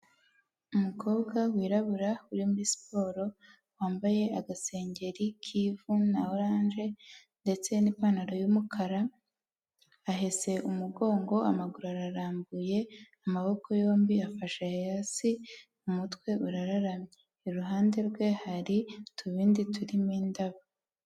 Umukobwa wirabura uri muri siporo wambaye agasengeri k'ivu na oranje ndetse n'ipantaro y'umukara ahese umugongo amaguru ararambuye, amaboko yombi afashe hasi umutwe uraramye, iruhande rwe hari utubindi turimo indabo.